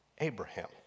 Abraham